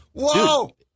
Whoa